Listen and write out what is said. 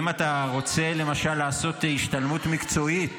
אם אתה רוצה למשל לעשות השתלמות מקצועית